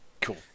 cool